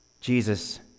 Jesus